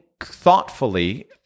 thoughtfully